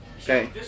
Okay